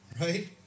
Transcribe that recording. Right